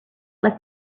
let